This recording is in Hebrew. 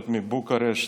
עוד מבוקרשט.